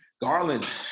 Garland